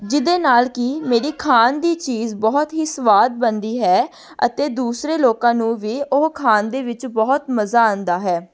ਜਿਹਦੇ ਨਾਲ ਕਿ ਮੇਰੀ ਖਾਣ ਦੀ ਚੀਜ਼ ਬਹੁਤ ਹੀ ਸਵਾਦ ਬਣਦੀ ਹੈ ਅਤੇ ਦੂਸਰੇ ਲੋਕਾਂ ਨੂੰ ਵੀ ਉਹ ਖਾਣ ਦੇ ਵਿੱਚ ਬਹੁਤ ਮਜ਼ਾ ਆਉਂਦਾ ਹੈ